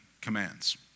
commands